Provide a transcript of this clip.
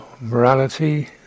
morality